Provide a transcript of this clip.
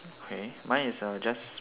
okay mine is uh just